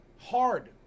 hard